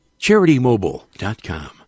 CharityMobile.com